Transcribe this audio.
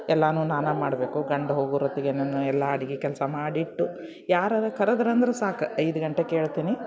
ಎಲ್ಲನೂ ನಾನೇ ಮಾಡಬೇಕು ಗಂಡ ಹೋಗೋರೊತ್ತಿಗೆ ನನ್ನ ಎಲ್ಲ ಅಡ್ಗೆ ಕೆಲಸ ಮಾಡಿಟ್ಟು ಯಾರರೂ ಕರೆದ್ರಂದ್ರೆ ಸಾಕು ಐದು ಗಂಟೆಗೆ ಏಳ್ತೀನಿ